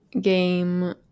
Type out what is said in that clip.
game